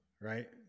right